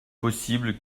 possible